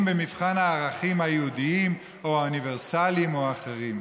במבחן הערכים היהודיים או האוניברסליים או האחרים.